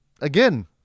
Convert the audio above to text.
again